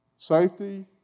Safety